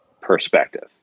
perspective